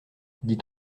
dit